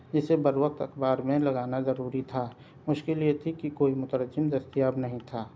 جس سے بر وقت اخبار میں لگانا ضروری تھا مشکل یہ تھی کہ کوئی مترجم دستیاب نہیں تھا